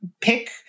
pick